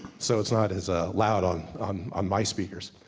so it's not as ah loud on on my speakers.